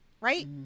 right